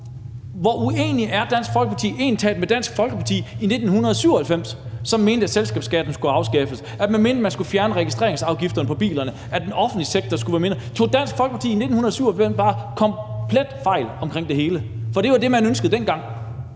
Hvor uenig er Dansk Folkeparti egentlig talt med Dansk Folkeparti i 1997, som mente, at selskabsskatten skulle afskaffes, at man skulle fjerne registreringsafgiften på bilerne, og at den offentlige sektor skulle være mindre? Tog Dansk Folkeparti i 1997 bare fuldstændig fejl i det hele? For det var det, man ønskede dengang.